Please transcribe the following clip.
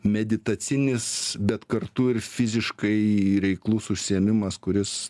meditacinis bet kartu ir fiziškai reiklus užsiėmimas kuris